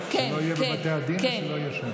שלא יהיה בבתי הדין ושלא יהיה שם.